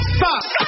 stop